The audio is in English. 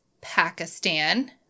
Pakistan